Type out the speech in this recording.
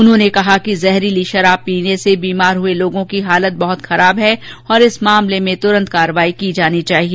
उन्होंने कहा कि जहरीली शराब पीने से बीमार हुए लोगों की हालत बहुत खराब है और इस मामले में तुरंत कार्रवाई की जानी चाहिए